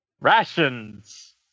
Rations